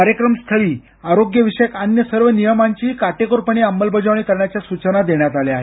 कार्यक्रमस्थळी आरोग्यविषयक अन्य सर्व नियमांचीही काटेकोरपणे अंमलबजावणी करण्याच्या सूचना देण्यात आल्या आहेत